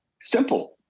simple